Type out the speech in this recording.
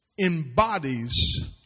embodies